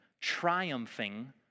triumphing